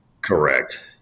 Correct